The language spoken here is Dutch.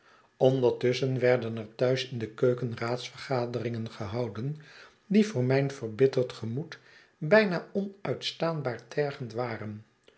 ondertusschen werden er thuis in de keuken raadsvergaderingen gehouden die voor mijn verbitterd gemoed bijna onuitstaanbaar tergend waren